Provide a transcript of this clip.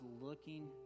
looking